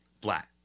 Black